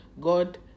god